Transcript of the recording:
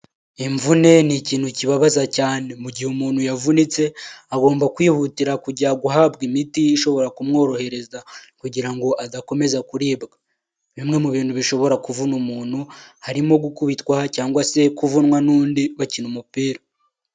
Imvune ni ikintu kibabaza cyane. Mu gihe umuntu yavunitse agomba kwihutira kujya guhabwa imiti ishobora kumworohereza kugirango adakomeza kuribwa. Bimwe mu bintu bishobora kuvuna umuntu harimo gukubitwa cyangwa se kuvunwa n'undi bakina umupira.